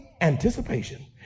anticipation